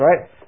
right